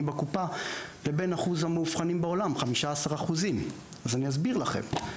בקופה לבין אחוז המאובחנים בעולם 15%. אז אני אסביר לכם.